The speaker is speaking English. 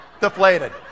Deflated